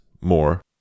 more